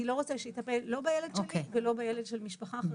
אני לא רוצה שיטפל לא בילד שלי ולא בילד של משפחה אחרת.